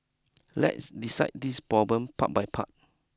let's decide this problem part by part